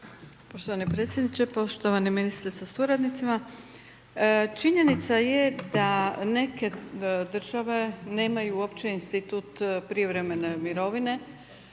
Poštovani predsjedniče, poštovani ministre sa suradnicima. Činjenica je da neke države nemaju uopće institutu prijevremene mirovine.